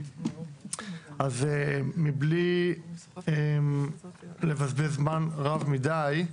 אז מבלי לבזבז זמן רב מידי,